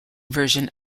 version